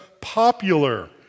popular